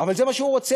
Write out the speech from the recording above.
אבל זה מה שהוא רוצה.